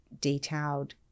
detailed